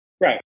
Right